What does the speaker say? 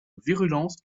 virulence